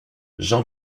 jean